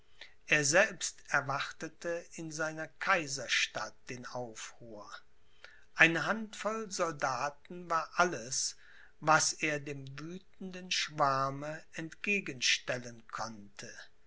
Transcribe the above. er selbst erwartete in seiner kaiserstadt den aufruhr eine handvoll soldaten war alles was er dem wüthenden schwarme entgegenstellen konnte